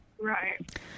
Right